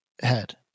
head